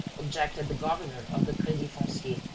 objected the governor of the credit foncier.